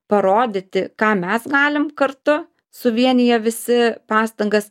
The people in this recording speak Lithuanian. parodyti ką mes galim kartu suvieniję visi pastangas